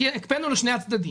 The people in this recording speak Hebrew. הקפאנו לשני הצדדים.